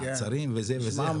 מעצרים וזה,